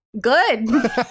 Good